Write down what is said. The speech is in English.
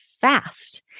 fast